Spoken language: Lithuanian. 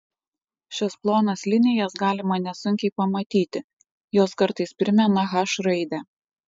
šias plonas linijas galima nesunkiai pamatyti jos kartais primena h raidę